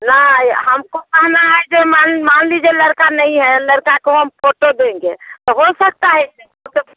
नाए हमको कहना है जो मान मान लीजिए लड़का नहीं है लड़का को हम फोटो देंगे तो हो सकता है क्या फोटो से